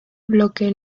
bloque